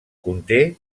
conté